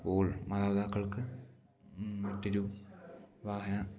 അപ്പോൾ മാതാപിതാക്കൾക്ക് മറ്റൊരു വാഹന